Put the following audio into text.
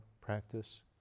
practice